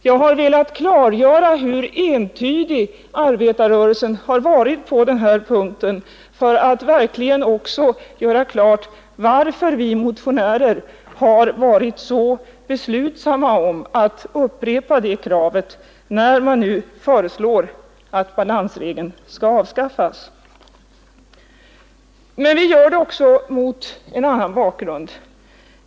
Jag har velat klargöra hur entydig arbetarrörelsen varit på den här punkten för att verkligen också göra klart varför vi motionärer har varit så beslutsamma att upprepa detta krav när man nu föreslår att balansregeln skall avskaffas. Men vi gör detta också mot en annan bakgrund.